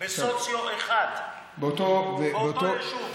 בסוציו 1 באותו יישוב,